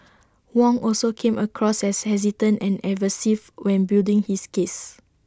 Wong also came across as hesitant and evasive when building his case